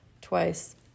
twice